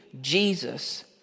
Jesus